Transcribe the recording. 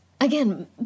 again